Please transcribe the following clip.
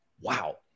Wow